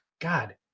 God